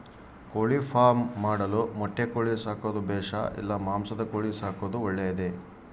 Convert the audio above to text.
ಕೋಳಿಫಾರ್ಮ್ ಮಾಡಲು ಮೊಟ್ಟೆ ಕೋಳಿ ಸಾಕೋದು ಬೇಷಾ ಇಲ್ಲ ಮಾಂಸದ ಕೋಳಿ ಸಾಕೋದು ಒಳ್ಳೆಯದೇ?